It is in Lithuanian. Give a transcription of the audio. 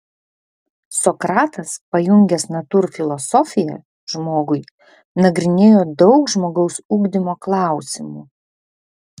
sokratas pajungęs natūrfilosofiją žmogui nagrinėjo daug žmogaus ugdymo klausimų